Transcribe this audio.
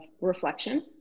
reflection